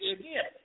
again